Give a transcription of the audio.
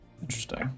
Interesting